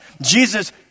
Jesus